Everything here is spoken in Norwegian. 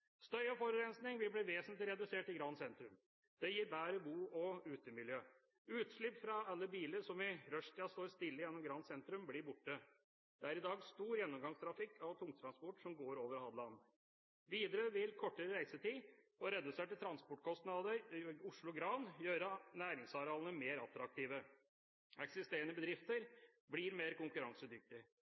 Støy og forurensning vil bli vesentlig redusert i Gran sentrum. Det gir bedre bo- og utemiljø. Utslipp fra alle bilene som i rushtiden står stille gjennom Gran sentrum, blir borte. Det er i dag stor gjennomgangstrafikk av tungtransport som går over Hadeland. Videre vil kortere reisetid og reduserte transportkostnader Oslo–Gran gjøre næringsarealene mer attraktive. Eksisterende bedrifter blir mer